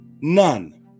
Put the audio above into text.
none